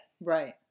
Right